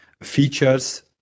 features